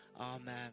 Amen